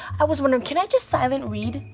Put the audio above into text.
i was wondering, can i just silent read?